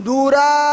Dura